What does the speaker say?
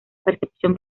percepción